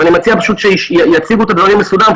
אבל אני מציע פשוט שיציגו את הדברים מסודר.